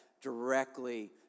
directly